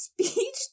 speech